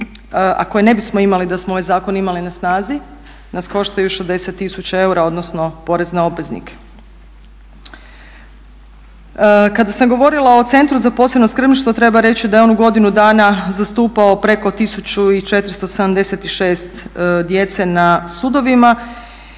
a koje ne bismo imali da smo ovaj zakon imali na snazi nas koštaju 60 tisuća eura, odnosno porezne obveznike. Kada sam govorila o centru za posebno skrbništvo treba reći da je on u godinu dana zastupao preko 1476 djece na sudovima